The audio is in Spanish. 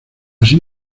así